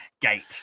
gate